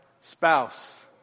spouse